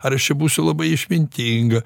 ar aš čia būsiu labai išmintinga